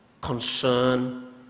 concern